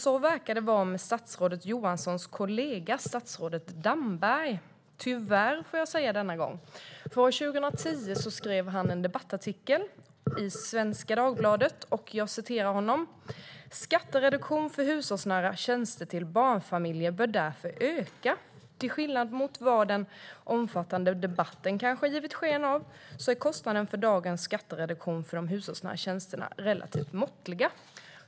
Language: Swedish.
Så verkar det vara med statsrådet Johanssons kollega statsrådet Damberg - tyvärr, får jag säga denna gång. År 2010 skrev han en debattartikel i Svenska Dagbladet. Han skrev: "Skattereduktionen för hushållsnära tjänster till barnfamiljerna bör därför öka. Till skillnad mot vad den omfattande debatten kanske givit sken av, så är kostnaden för dagens skattereduktion för de hushållsnära tjänsterna relativt måttlig."